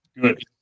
Good